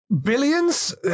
Billions